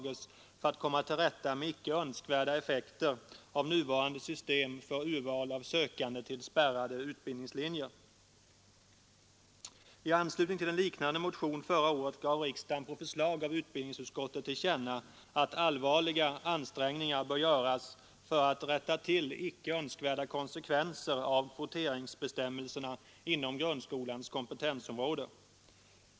I anslutning till en liknande motion förra året gav riksdagen på förslag av utbildningsutskottet till känna att allvarliga ansträngningar bör göras för att rätta till icke önskvärda konsekvenser av kvoteringsbestämmelserna inom grundskolans kompetensområde.